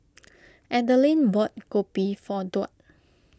Adelyn bought Kopi for Duard